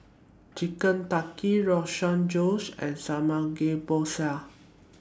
Chicken Tikka Rogan Josh and Samgeyopsal